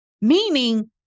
meaning